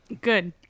Good